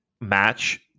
match